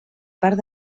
part